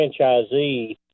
franchisee